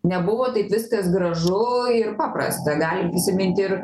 nebuvo taip viskas gražu ir paprasta galim prisiminti ir